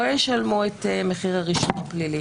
לא ישלמו את מחיר הרישום הפלילי.